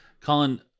Colin